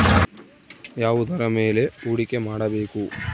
ಯಾವುದರ ಮೇಲೆ ಹೂಡಿಕೆ ಮಾಡಬೇಕು?